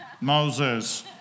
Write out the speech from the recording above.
Moses